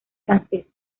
francesa